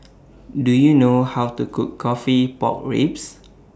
Do YOU know How to Cook Coffee Pork Ribs